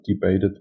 debated